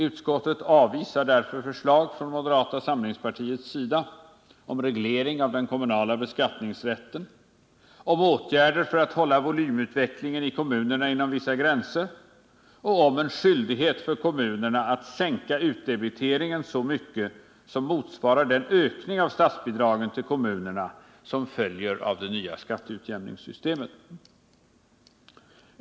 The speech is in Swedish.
Utskottet avvisar därför förslag från moderata samlingspartiet om reglering av den kommunala beskattningsrätten, om åtgärder för att hålla volymutvecklingen i kommunerna inom vissa gränser och om en skyldighet för kommunerna att sänka utdebiteringen så mycket som motsvarar den ökning av statsbidragen till kommunerna som följer av det nya skatteutjämningssystemet.